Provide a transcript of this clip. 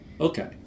Okay